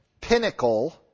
pinnacle